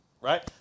right